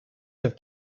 have